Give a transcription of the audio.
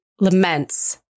laments